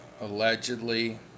allegedly